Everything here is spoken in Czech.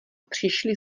přišly